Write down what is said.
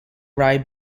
rai